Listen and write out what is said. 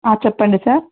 చెప్పండి సార్